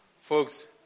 Folks